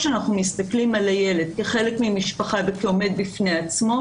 כאשר מסתכלים על הילד כחלק ממשפחה וכעומד בפני עצמו